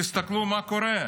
תסתכלו מה קורה,